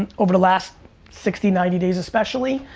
and over the last sixty, ninety days especially